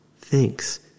thinks